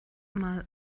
mal